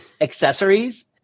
accessories